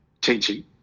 teaching